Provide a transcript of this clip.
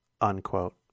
unquote